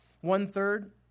One-third